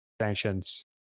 sanctions